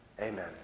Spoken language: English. Amen